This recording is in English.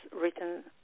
written